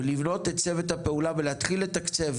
ולבנות את צוות הפעולה ולהתחיל לתקצב